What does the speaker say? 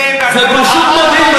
זה פשוט מדהים,